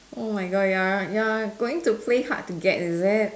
oh my God you're you're going to play hard to get is it